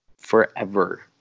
Forever